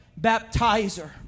baptizer